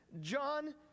John